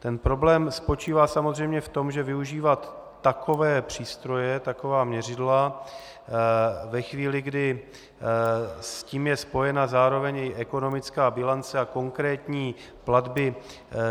Ten problém spočívá samozřejmě v tom, že využívat takové přístroje, taková měřidla ve chvíli, kdy s tím je spojena zároveň i ekonomická bilance a konkrétní platby